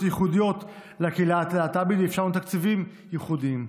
ייחודיות לקהילה הלהט"בית ואפשרנו תקציבים ייחודיים,